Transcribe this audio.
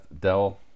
Dell